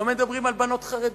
לא מדברים על בנות חרדיות,